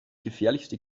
gefährlichste